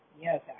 Yes